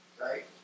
right